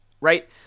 right